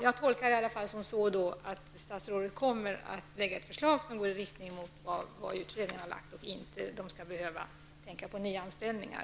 Jag tolkar detta så, att statsrådet kommer att lägga fram ett förslag som går i riktning mot vad utredningarna har föreslagit och att nyanställningar inte skall behöva övervägas.